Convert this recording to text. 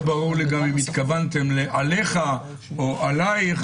ברור לי גם אם התכוונתם עליך או עלייך,